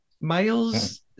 Miles